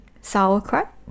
Sauerkraut